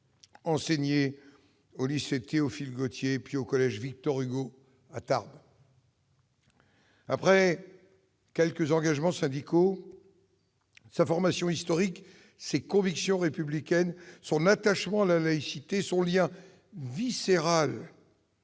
enseigné au lycée Théophile-Gautier, puis au collège Victor-Hugo, à Tarbes. Après quelques engagements syndicaux, sa formation historique, ses convictions républicaines, son attachement à la laïcité et son lien viscéral